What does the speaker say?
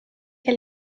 que